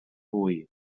boí